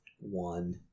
One